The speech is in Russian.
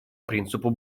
принципу